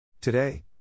Today